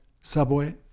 subway